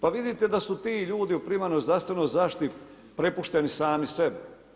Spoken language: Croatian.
Pa vidite da su ti ljudi u primarnoj zdravstvenoj zaštiti prepušteni sami sebi.